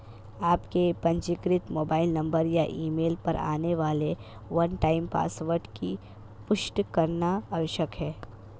आपके पंजीकृत mobile number या ईमेल पर आने वाले वन टाइम पासवर्ड की पुष्टि करना आवश्यक है